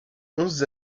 onze